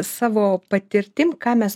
savo patirtim ką mes